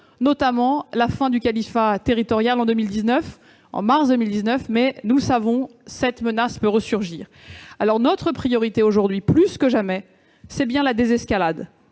notamment la fin du califat territorial au mois de mars 2019, mais nous savons que cette menace peut resurgir. Notre priorité aujourd'hui, plus que jamais, c'est bien la désescalade,